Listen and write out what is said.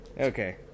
Okay